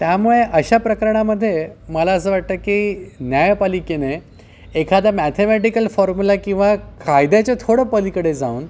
त्यामुळे अशा प्रकरणामध्ये मला असं वाटतं की न्यायपालिकेने एखादा मॅथेमॅटिकल फॉर्मुला किंवा कायद्याच्या थोडं पलिकडे जाऊन